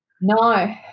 No